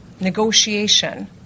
negotiation